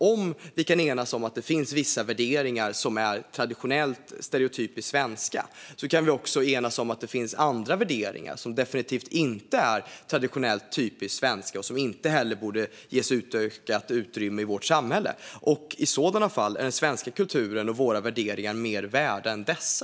Om vi kan enas om att det finns vissa värderingar som är traditionellt stereotypt svenska kan vi också enas om att det finns andra värderingar som definitivt inte är traditionellt typiskt svenska och som inte heller borde ges utökat utrymme i vårt samhälle. Och i sådana fall: Är den svenska kulturen och våra värderingar mer värda än dessa?